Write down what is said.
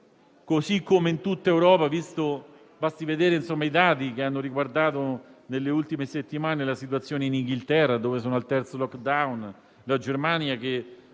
così come in tutta Europa. Basta vedere i dati che hanno riguardato nelle ultime settimane la situazione in Inghilterra, dove sono al terzo *lockdown*, o in Germania, dove